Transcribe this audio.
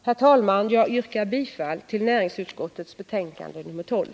Herr talman! Jag yrkar bifall till hemställan i näringsutskottets betänkande nr 12.